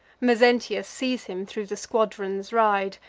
mezentius sees him thro' the squadrons ride,